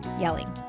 yelling